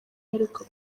aheruka